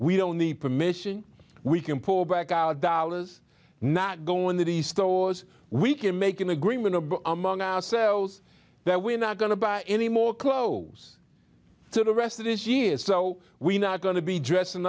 we don't need permission we can pour back our dollars not go into the stores we can make an agreement among ourselves that we're not going to buy any more clothes to the rest of this year so we're not going to be dressing